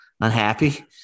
unhappy